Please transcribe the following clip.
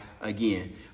again